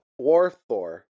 Warthor